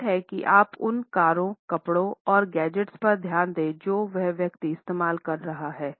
secret है की आप उन कारों कपड़ों और गैजेट्स पर ध्यान दे जो वह व्यक्ति इस्तेमाल कर रहा है